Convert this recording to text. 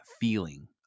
feeling